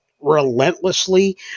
relentlessly